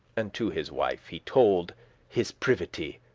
and to his wife he told his privity,